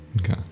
Okay